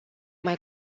mai